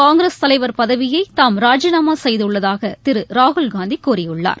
காங்கிரஸ் தலைவர் பதவியைதாம் ராஜினாமாசெய்துள்ளதாகதிருராகுல்காந்திகூறியுள்ளார்